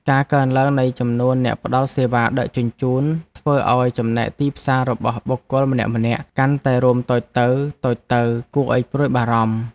ការកើនឡើងនៃចំនួនអ្នកផ្តល់សេវាដឹកជញ្ជូនធ្វើឱ្យចំណែកទីផ្សាររបស់បុគ្គលម្នាក់ៗកាន់តែរួមតូចទៅៗគួរឱ្យព្រួយបារម្ភ។